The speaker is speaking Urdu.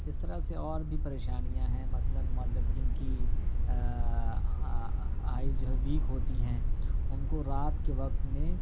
اس طرح سے اور بھی پریشانیاں ہیں مثلاً مطلب جن كی آئی جو ہے ویک ہوتی ہیں ان کو رات کے وقت میں